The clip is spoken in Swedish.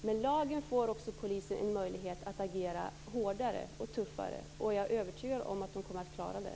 Med lagen får poliser en möjlighet att agera hårdare och tuffare, och jag är övertygad om att de kommer att klara det.